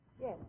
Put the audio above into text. Yes